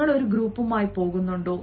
നിങ്ങൾ ഒരു ഗ്രൂപ്പുമായി പോകുന്നുണ്ടോ